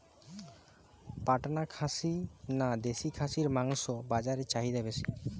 পাটনা খাসি না দেশী খাসির মাংস বাজারে চাহিদা বেশি?